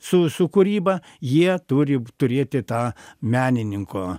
su su kūryba jie turi turėti tą menininko